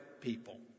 people